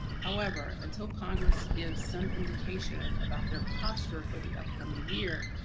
however, until congress gives some indication about their posture for the upcoming year.